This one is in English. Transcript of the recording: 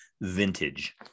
vintage